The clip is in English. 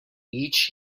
each